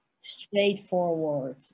straightforward